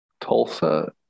Tulsa